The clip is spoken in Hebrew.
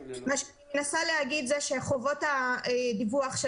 מה שאני מנסה להגיד שחובות הדיווח של